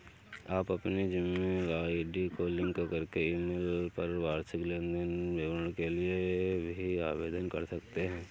आप अपनी Gmail ID को लिंक करके ईमेल पर वार्षिक लेन देन विवरण के लिए भी आवेदन कर सकते हैं